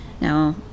Now